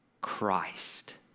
Christ